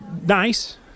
nice